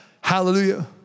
Hallelujah